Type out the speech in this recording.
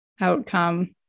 outcome